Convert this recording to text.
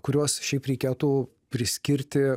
kuriuos šiaip reikėtų priskirti